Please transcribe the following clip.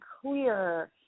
clear